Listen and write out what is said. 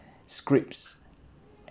scripts